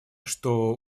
что